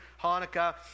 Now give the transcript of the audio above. Hanukkah